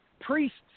priests